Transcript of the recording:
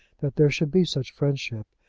that there should be such friendship.